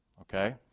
okay